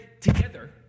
together